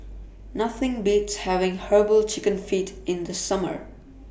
Nothing Beats having Herbal Chicken Feet in The Summer